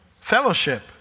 Fellowship